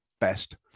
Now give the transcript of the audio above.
best